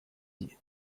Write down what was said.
связи